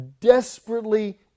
desperately